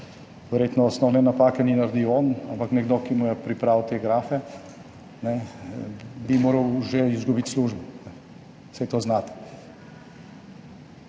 verjetno osnovne napake ni naredil on, ampak nekdo, ki mu je pripravil te grafe, bi moral že izgubiti službo, saj to veste.